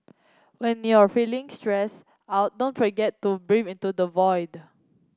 when you are feeling stress out don't forget to breathe into the void